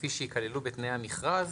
כפי שייכללו בתנאי המכרז,